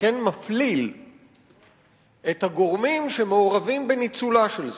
וכן מפליל את הגורמים שמעורבים בניצולה של זנות.